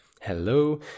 Hello